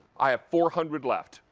i have four hundred left.